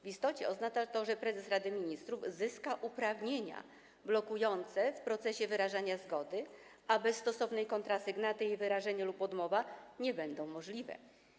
W istocie oznacza to, że prezes Rady Ministrów zyska uprawnienia blokujące w procesie wyrażania zgody, a bez stosownej kontrasygnaty jej wyrażenie lub odmowa nie będą możliwe.